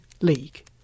League